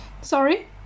Sorry